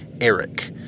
ERIC